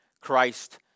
Christ